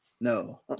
no